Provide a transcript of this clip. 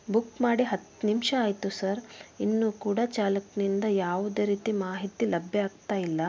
book ಮಾಡಿ ಹತ್ತು ನಿಮಿಷ ಆಯಿತು ಸರ್ ಇನ್ನೂ ಕೂಡ ಚಾಲಕನಿಂದ ಯಾವುದೇ ರೀತಿ ಮಾಹಿತಿ ಲಭ್ಯ ಆಗ್ತಾ ಇಲ್ಲ